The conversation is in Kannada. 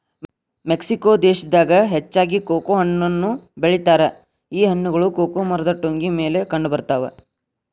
ಮೆಕ್ಸಿಕೊ ದೇಶದಾಗ ಹೆಚ್ಚಾಗಿ ಕೊಕೊ ಹಣ್ಣನ್ನು ಬೆಳಿತಾರ ಈ ಹಣ್ಣುಗಳು ಕೊಕೊ ಮರದ ಟೊಂಗಿ ಮೇಲೆ ಕಂಡಬರ್ತಾವ